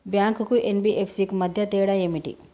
Bank కు NBFC కు మధ్య తేడా ఏమిటి?